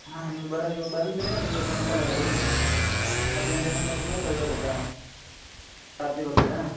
ಹಾಂ ನೀವು ಬರೋದು ಇವಾಗ ಬಂದರೆ ಈಗ ಸಾಯಂಕಾಲ ಬರ್ರಿ ಹತ್ತು ಗಂಟೆ ಇಂದ ಒಂಬತ್ತು ಇನ್ನ ತೆಗ್ದು ಇರುತ್ತಾ ರಾತ್ರಿ ಬರ್ತೀರಾ